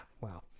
Wow